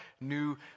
new